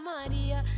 Maria